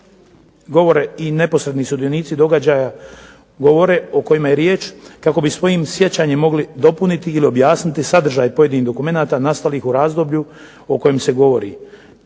govore i neposredni sudionici događaja govore o kojima je riječ kako bi svojim sjećanjem mogli dopuniti ili objasniti sadržaj pojedinih dokumenata nastalih u razdoblju o kojem se govori.